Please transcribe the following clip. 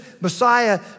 Messiah